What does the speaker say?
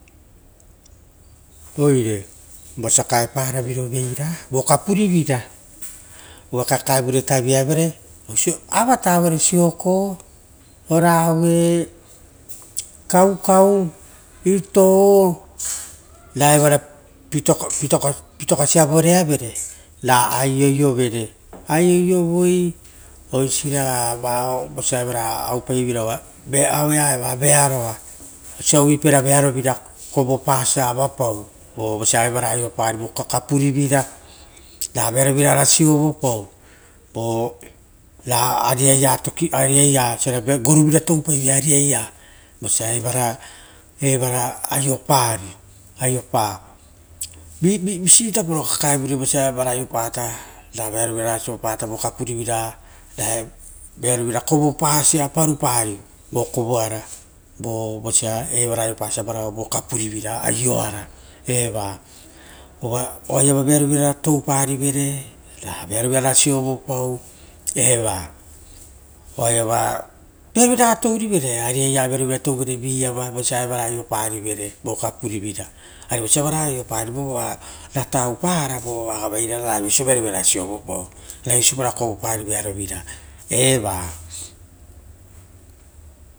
Oire vosa kaeparaviroveira vo kapurivira ra kakaevure taviavere oisio avata aue re sioko ora aue kaukau itoo ra evara pitokasa voreavere, ra aioiovera. aioio vo ra oisiraga evara aupaivera uva aue aeva vearoa. Osia uvuipara vearovira koropasa ava pau vosia evara aio parivo kapurivira. Ra vearo pievira ora tokipau are vearopievira raga toupaive agiagia vosia evara aiopari. Visitapo kakae vure vosia evara aiopari, ra vearovira raga ora sovopari vo kapurivira, ravea ro vira koropasa parupari vo kovoara vosia eva aiopasa vo kapurivira eva oaiava vearovira raga touparivere vearovira raga ora sovopau. Eva oaiava vearovira raga tourivere, ave vearovira raga touvere vosa evara aioparivere kapurivira. Arivosa varao aio pari vovora taupara ra viapauso vearovira ora sovopau ora esia vearovira kovopari.